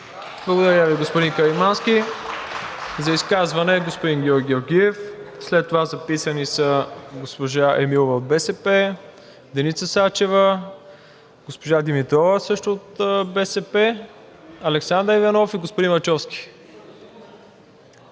Благодаря Ви, господин Каримански. За изказване – господин Георги Георгиев. След това записани са госпожа Емилова от БСП, Деница Сачева, госпожа Димитрова, също от БСП, Александър Иванов и господин Лачовски.